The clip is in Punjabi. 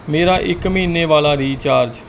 ਮੇਰਾ ਇੱਕ ਮਹੀਨੇ ਵਾਲਾ ਰੀਚਾਰਜ਼